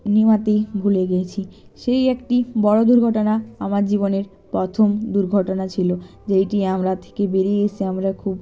নেভাতেই ভুলে গেছি সেই একটি বড়ো দুর্ঘটনা আমার জীবনের প্রথম দুর্ঘটনা ছিল যেইটি আমরা থেকে বেরিয়ে এসে আমরা খুব